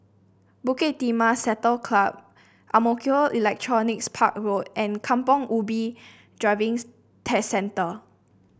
Bukit Timah Saddle Club Ang Mo Kio Electronics Park Road and Kampong Ubi Driving Test Centre